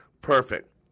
Perfect